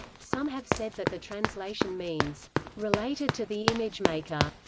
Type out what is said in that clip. some have said that the translation means related to the image-maker,